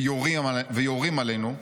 ויורים עלינו,